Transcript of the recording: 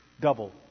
double